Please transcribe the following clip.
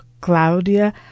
Claudia